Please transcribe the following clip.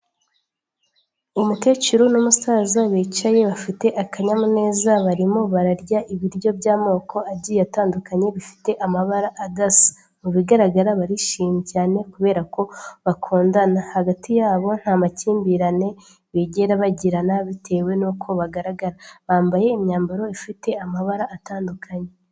Umukecuru n'umusaza bicaye bafite akanyamuneza barimo bararya ibiryo by'amoko agiye atandukanye bifite amabara adasa, mu bigaragara barishimye cyane kubera ko bakundana, hagati y'abo nta makimbirane bigera bagirana bitewe n'uko bagaragara, bambaye imyambaro ifite amabara atandukanye.